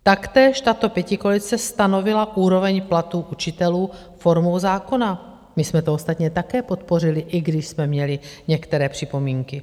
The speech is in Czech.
Taktéž tato pětikoalice stanovila úroveň platů učitelů formou zákona, my jsme to ostatně také podpořili, i když jsme měli některé připomínky.